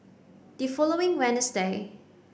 the following